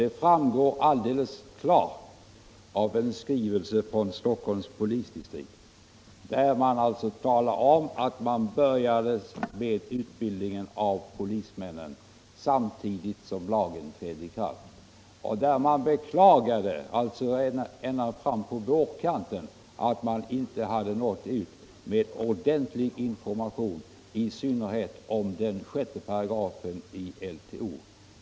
Att så var fallet framgår också klart av en skrivelse från Stockholms polisdistrikt, där man talar om att man började med utbildningen av polismännen samtidigt som lagen trädde i kraft och där man beklagar —- detta var så sent som fram på vårkanten — att man inte hade nått ut med ordentlig information, i synnerhet om 6 § LTO.